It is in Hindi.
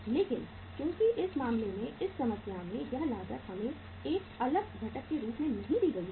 लेकिन चूंकि इस मामले में इस समस्या में यह लागत हमें एक अलग घटक के रूप में नहीं दी गई है